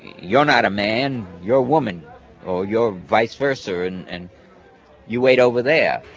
you're not a man, you're a woman or you're vice versa. and and you wait over there.